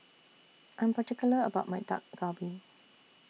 I Am particular about My Dak Galbi